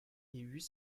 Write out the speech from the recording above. huit